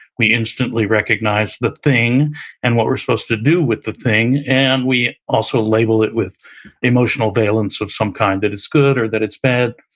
we instantly recognize the thing and what we're supposed to do with the thing. and we also label it with emotional valance of some kind, that it's good or that it's bad.